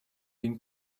been